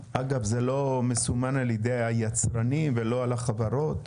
אגב, זה לא מסומן על ידי היצרנים ולא על החברות?